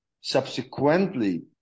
Subsequently